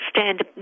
stand